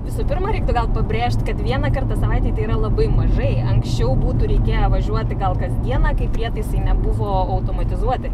visų pirma reiktų pabrėžti kad vieną kartą savaitėj tai yra labai mažai anksčiau būtų reikėję važiuoti gal kas dieną kai prietaisai nebuvo automatizuoti